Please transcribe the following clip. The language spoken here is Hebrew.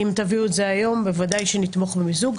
אם תביאו את זה היום, בוודאי שנתמוך במיזוג.